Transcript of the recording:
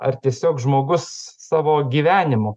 ar tiesiog žmogus savo gyvenimu